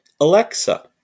Alexa